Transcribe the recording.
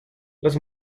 los